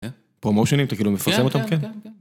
פרומושינים אתה כאילו מפרסם אותם?